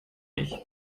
ich